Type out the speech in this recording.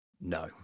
No